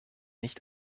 nicht